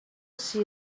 see